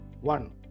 One